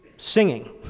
singing